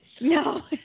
No